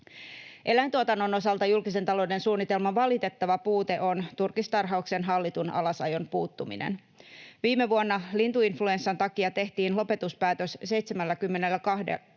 Eläintuotannon osalta julkisen talouden suunnitelman valitettava puute on turkistarhauksen hallitun alasajon puuttuminen. Viime vuonna lintuinfluenssan takia tehtiin lopetuspäätös 72